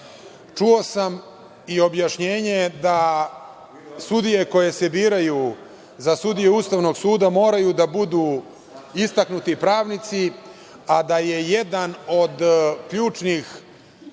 Čuo sam i objašnjenje da sudije koje se biraju za sudije Ustavnog suda moraju da budu istaknuti pravnici, a da je jedan od ključnih